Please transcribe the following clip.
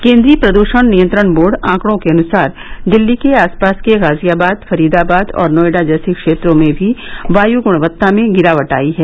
केन्द्रीय प्रदूषण नियंत्रण बोर्ड आंकड़ों के अनुसार दिल्ली के आसपास के गाजियाबाद फरीदाबाद और नोएडा जैसे क्षेत्रों में भी वायु गुणवत्ता में गिरावट आई है